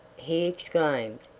he exclaimed,